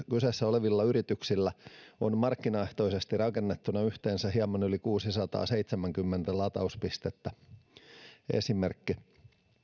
kyseessä olevilla yrityksillä on markkinaehtoisesti rakennettuna yhteensä hieman yli kuusisataaseitsemänkymmentä latauspistettä esimerkki